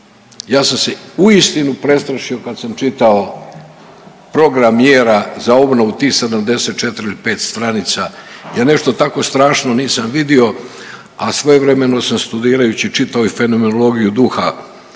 Ja sam se uistinu prestrašio kad sam čitao program mjera za obnovu tih 74 ili 5 stranica, ja nešto tako strašno nisam vidio, a svojevremeno sam studirajući čitao i Fenomenologiju duha